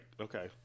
Okay